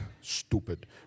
stupid